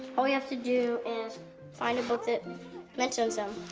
all we have to do is find a book that mentions him.